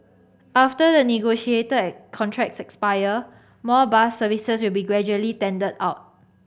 after the negotiated contracts expire more bus services will be gradually tendered out